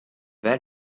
where